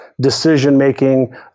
decision-making